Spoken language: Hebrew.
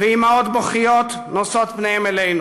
ואימהות בוכיות נושאות פניהן אלינו.